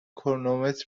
کرونومتر